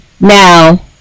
Now